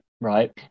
right